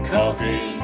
Coffee